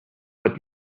what